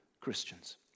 Christians